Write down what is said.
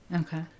Okay